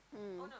mm